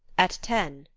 at ten,